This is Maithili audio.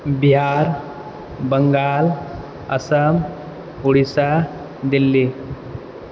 बिहार बंगाल असम उड़ीसा दिल्ली